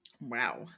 Wow